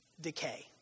Decay